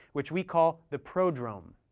which we call the prodrome.